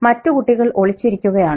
മറ്റു കുട്ടികൾ ഒളിച്ചിരിക്കുകയാണ്